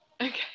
Okay